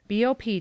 BOP